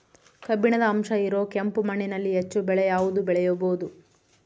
ಕಬ್ಬಿಣದ ಅಂಶ ಇರೋ ಕೆಂಪು ಮಣ್ಣಿನಲ್ಲಿ ಹೆಚ್ಚು ಬೆಳೆ ಯಾವುದು ಬೆಳಿಬೋದು?